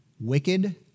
wicked